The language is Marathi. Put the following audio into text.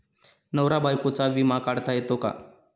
नवरा बायकोचा विमा काढता येतो का?